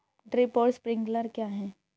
Drip और sprinkler क्या हैं?